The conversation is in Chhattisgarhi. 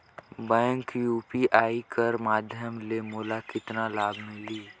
बैंक यू.पी.आई कर माध्यम ले मोला कतना लाभ मिली?